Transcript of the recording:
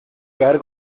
caer